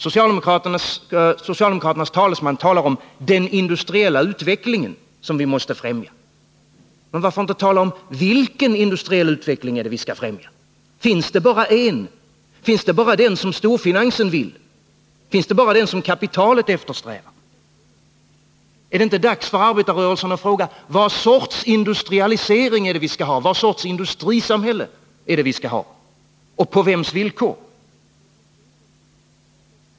Socialdemokraternas talesman talar här om den industriella utvecklingen, som vi måste främja. Varför inte tala om vilken industriell utveckling det är som vi skall främja? Finns det bara en? Finns det bara den som storfinansen önskar? Finns det bara den som kapitalet eftersträvar? Är det inte dags för arbetarrörelsen att fråga: Vad för sorts industrialisering skall vi ha? Vad för sorts industrisamhälle skall vi ha, och på vems villkor?